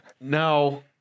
Now